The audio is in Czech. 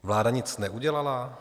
Vláda nic neudělala?